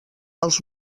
els